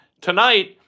tonight